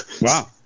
Wow